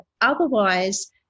otherwise